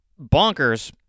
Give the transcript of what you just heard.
bonkers